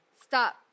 Stop